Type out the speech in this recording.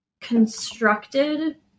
constructed